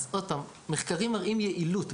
עוד פעם מחקרים מראים יעילות,